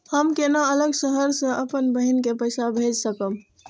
हम केना अलग शहर से अपन बहिन के पैसा भेज सकब?